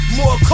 more